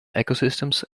ecosystems